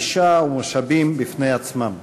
גישה ומשאבים בפני עצמם.